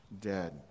dead